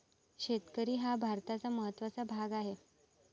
शेतकरी हा भारताचा महत्त्वाचा भाग आहे